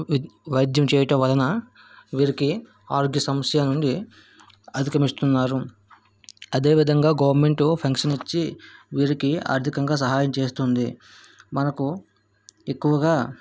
వి వైద్యం చేయటం వలన వీరికి ఆరోగ్య సమస్యల నుండి అధిగమిస్తున్నారు అదే విధంగా గవర్నమెంట్ పెన్షన్ ఇచ్చి వీరికి ఆర్ధికంగా సహాయం చేస్తుంది మనకు ఎక్కువగా